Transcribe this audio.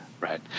Right